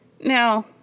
Now